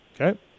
Okay